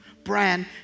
Brand